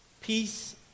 Peace